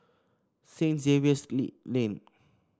Saint Xavier's Lane